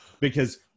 because-